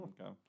Okay